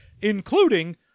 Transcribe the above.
including